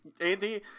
Andy